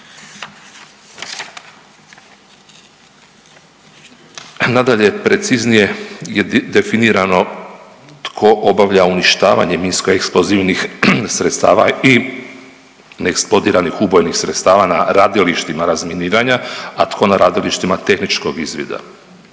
Nadalje, preciznije je definirano tko obavlja uništavanje minskoeksplozivnih sredstava i eksplodiranih ubojnih sredstava na radilištima razminiranja, a tko na radilištima tehničkog izvida.